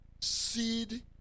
Seed